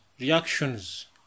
reactions